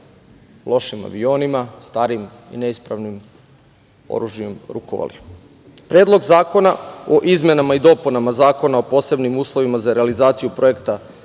lošim avionima, starim i neispravnim oružjem rukovali. Predlog zakona o izmenama i dopunama Zakona o posebnim uslovima za realizaciju projekta